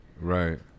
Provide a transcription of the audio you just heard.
Right